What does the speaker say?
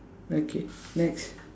okay next